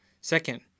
Second